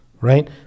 right